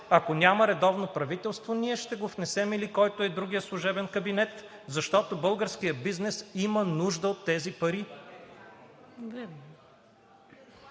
Ако няма редовно правителство, ние ще го внесем, или който е другият служебен кабинет, защото българският бизнес има нужда от тези пари.